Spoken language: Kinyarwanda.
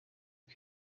uko